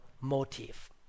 motive